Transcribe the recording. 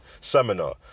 seminar